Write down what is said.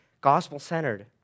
gospel-centered